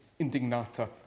indignata